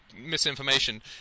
misinformation